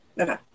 Okay